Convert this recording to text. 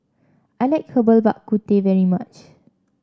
I like Herbal Bak Ku Teh very much